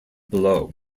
below